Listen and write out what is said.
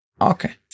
Okay